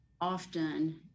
often